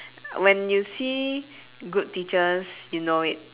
when you see good teachers you know it